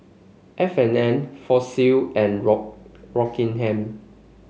F and N Fossil and Rock Rockingham